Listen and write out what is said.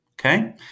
okay